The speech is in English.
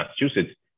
Massachusetts